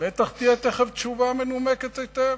בטח תהיה תיכף תשובה מנומקת היטב.